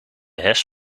herfst